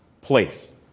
place